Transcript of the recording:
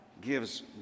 gives